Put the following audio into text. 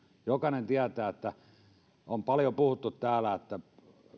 jokainen tietää ja on paljon puhuttu täällä että